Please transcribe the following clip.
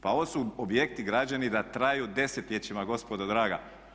Pa ovo su objekti građeni da traju desetljećima gospodo draga.